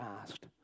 asked